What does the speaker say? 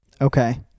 Okay